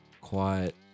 quiet